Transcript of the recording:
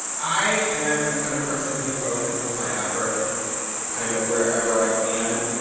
i am the kind of person who focuses my efforts kind of wherever i can.